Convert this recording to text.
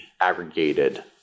aggregated